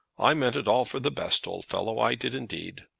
i meant it all for the best, old fellow. i did, indeed.